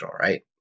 right